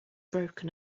broken